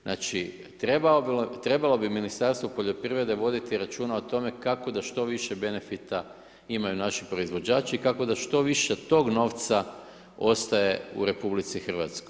Znači trebalo bi Ministarstvo poljoprivrede voditi računa o tome kako da što više benefita imaju naši proizvođači i kako da što više tog novca ostaje u RH.